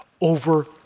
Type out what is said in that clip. over